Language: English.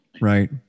right